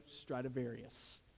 Stradivarius